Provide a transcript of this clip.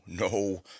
no